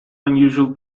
unusual